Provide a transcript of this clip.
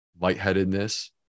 lightheadedness